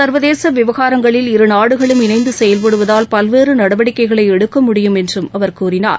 சர்வதேச விவகாரங்களில் இரு நாடுகளும் இணைந்து செயல்படுவதால் பல்வேறு நடவடிக்கைகளை எடுக்க முடியும் என்றும் அவர் கூறினார்